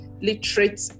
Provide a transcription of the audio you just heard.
literate